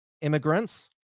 immigrants